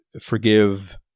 forgive